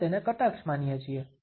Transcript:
આપણે તેને કટાક્ષ માનીએ છીએ